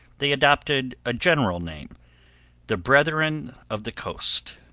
they adopted a general name the brethren of the coast.